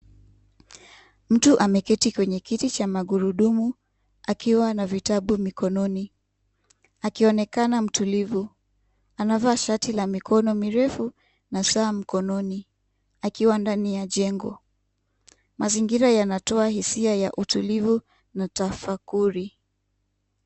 Mtu ameketi kwenye kiti cha magurudumu akiwa na vitabu mikononi akionekana mtulivu. Anavaa shati la mikono mirefu na saa mkononi akiwa ndani ya jengo. Mazingira yanatoa hisia ya utulivu na tafakuri.